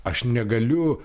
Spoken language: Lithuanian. aš negaliu